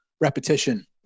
repetition